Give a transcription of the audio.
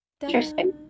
interesting